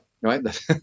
right